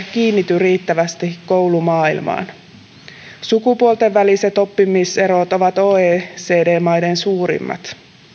kiinnity riittävästi koulumaailmaan sukupuolten väliset oppimiserot ovat oecd maiden suurimmat